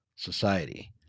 society